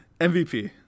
MVP